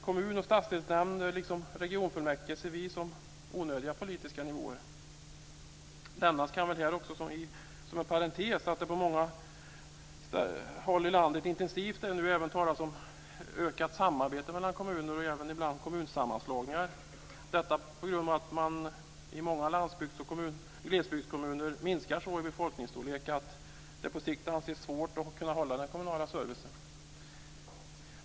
Kommun och stadsdelsnämnder liksom regionfullmäktige ser vi som onödiga politiska nivåer. Som en parentes kan nämnas att det på många håll i landet nu även talas intensivt om ett ökat samarbete mellan kommuner och även ibland om kommunsammanslagningar. Bakgrunden till detta är att många landsbygds och glesbygdskommuner minskar så i befolkningsstorlek att det på sikt anses svårt att upprätthålla den kommunala servicen.